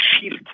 shield